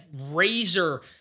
razor